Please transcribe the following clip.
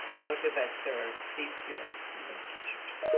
how to best serve these students and their teachers.